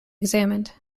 examined